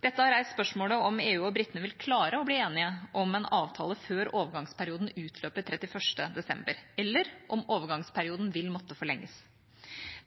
Dette har reist spørsmålet om EU og britene vil klare å bli enige om en avtale før overgangsperioden utløper 31. desember, eller om overgangsperioden vil måtte forlenges.